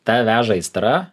tave veža aistra